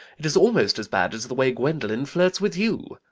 it is almost as bad as the way gwendolen flirts with you.